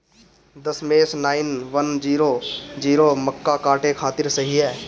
दशमेश nine one zero zero मक्का काटे खातिर सही ह?